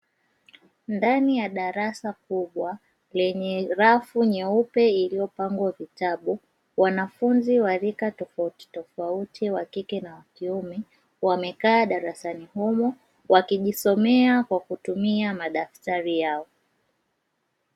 Ndani ya darasa kubwa lenye rafu nyeupe iliyopangwa vitabu, wanafunzi wa rika tofautitofauti, wa kike na wa kiume, wamekaa darasani humo wakijisomea kwa kutumia madaftari yao.